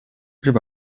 日本